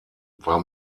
war